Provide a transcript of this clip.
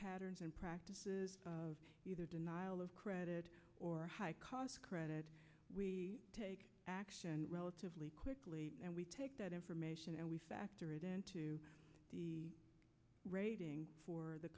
patterns and practices of either denial of credit or high cost credit action relatively quickly and we take that information and we factor it into the rating for the